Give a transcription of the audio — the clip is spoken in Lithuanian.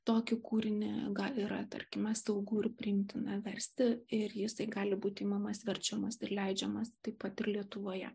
tokį kūrinį yra tarkime saugu ir priimtina versti ir jisai gali būti imamas verčiamas ir leidžiamas taip pat ir lietuvoje